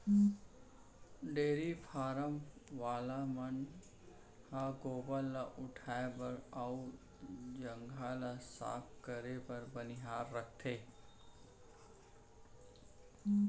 dairy farm वाला मन ह गोबर ल उठाए बर अउ जघा ल साफ करे बर बनिहार राखथें